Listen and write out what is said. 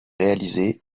réalisée